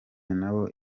nabo